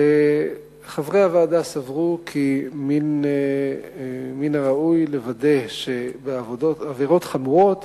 וחברי הוועדה סברו כי מן הראוי לוודא שבעבירות חמורות